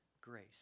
grace